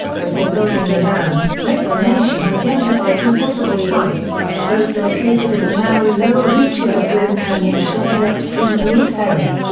before building the dam, reclamation identified two possible sites, both located in the narrow lower reaches of glen canyon shortly upstream of lee's ferry.